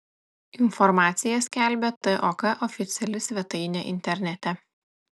informaciją skelbia tok oficiali svetainė internete